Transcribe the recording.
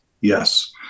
yes